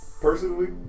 Personally